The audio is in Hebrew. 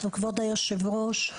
כבוד היושב-ראש,